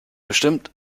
bestimmt